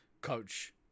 coach